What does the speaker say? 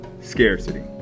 scarcity